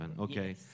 Okay